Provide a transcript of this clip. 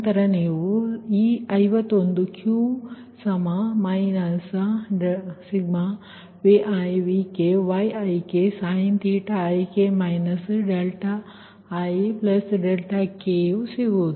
ನಂತರ ನೀವು ಈ 51 Q k1k≠in|Vi‖Vk‖Yik|sin⁡θik ik ಸಿಗುವುದು